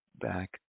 back